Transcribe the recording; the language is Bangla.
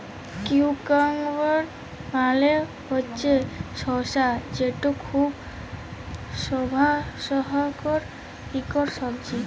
কিউকাম্বার মালে হছে শসা যেট খুব স্বাস্থ্যকর ইকট সবজি